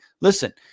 Listen